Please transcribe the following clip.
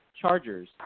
Chargers